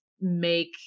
make